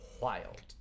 wild